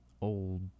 old